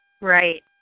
Right